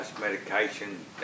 Medication